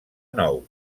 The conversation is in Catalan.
nou